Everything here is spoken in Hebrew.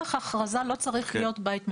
לצורך ההכרזה לא צריך להיות בית משותף.